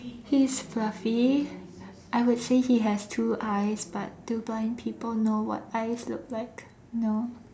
he is fluffy I would say he has two eyes but do blind people know what eyes look like no